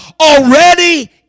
already